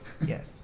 Yes